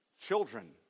Children